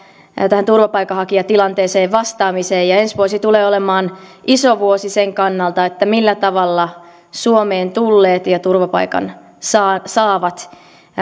tähän turvapaikanhakijatilanteeseen vastaamiseen ja ensi vuosi tulee olemaan iso vuosi sen kannalta millä tavalla suomeen tulleet ja turvapaikan saavat